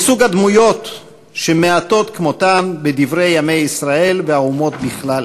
מסוג הדמויות שמעטות כמותן בדברי ימי ישראל והאומות בכלל,